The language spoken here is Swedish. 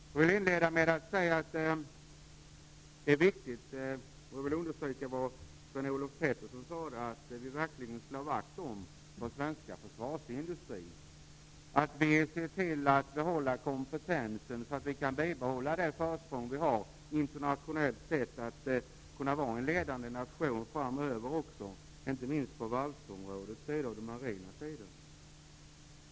Jag vill inleda med att understryka vad Sven-Olof Petersson sade, att vi verkligen slår vakt om vår svenska försvarsindustri, att vi ser till att behålla kompetensen, så att vi kan bibehålla det försprång vi har internationellt sett och vara en ledande nation framöver också, inte minst på varvsområdet, när det gäller den marina sidan.